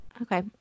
Okay